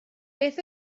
beth